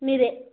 మీదే